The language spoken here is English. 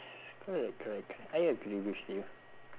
s~ correct correct correct I agree with you